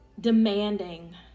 demanding